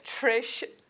Trish